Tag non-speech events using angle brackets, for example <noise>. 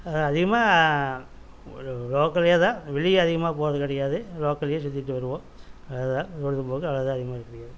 அதிகமாக ஒரு லோக்கலில் தான் வெளியே அதிகமாக போகிறது கிடையாது லோக்கல்லையே சுற்றிட்டு வருவோம் அது தான் பொழுபோக்கு அவ்வளோ தான் அதிகமாக <unintelligible>